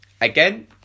Again